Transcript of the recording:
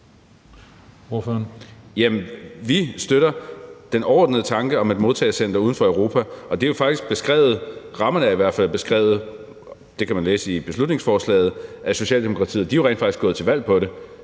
vi støtter den overordnede tanke om et modtagecenter uden for Europa. Rammerne er i hvert fald beskrevet, og det kan man læse i beslutningsforslaget, af Socialdemokratiet, og de er jo rent faktisk gået til valg på det.